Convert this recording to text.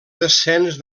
descens